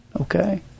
Okay